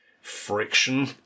friction